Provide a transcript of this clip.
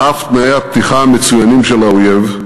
על אף תנאי הפתיחה המצוינים של האויב,